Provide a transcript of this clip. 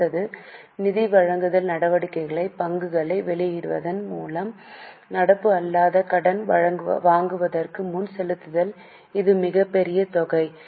அடுத்தது நிதி வழங்கல் நடவடிக்கைகள் பங்குகளை வெளியிடுவதன் மூலம் நடப்பு அல்லாத கடன் வாங்குவதற்கு முன் செலுத்துதல் இது மிகப்பெரிய தொகை